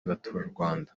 baturarwanda